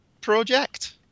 project